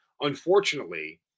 Unfortunately